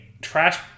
trash